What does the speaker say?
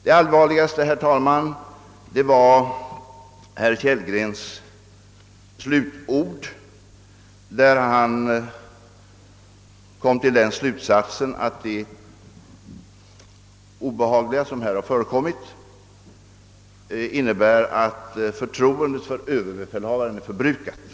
Det allvarligaste, herr talman, var herr Kellgrens slutord, där han kom till den slutsatsen att det obehagliga som har förekommit innebär att förtroendet för överbefälhavaren är förbrukat.